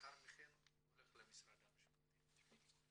ולאחר מכן הולך למשרד המשפטים.